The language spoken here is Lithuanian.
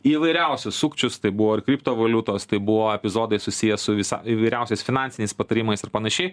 įvairiausius sukčius tai buvo ir kriptovaliutos tai buvo epizodai susiję su visa įvairiausiais finansiniais patarimais ir panašiai